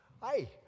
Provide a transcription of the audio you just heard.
hi